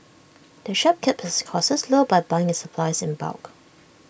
the shop keeps its costs low by buying its supplies in bulk